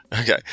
Okay